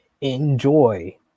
enjoy